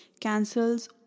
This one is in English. cancels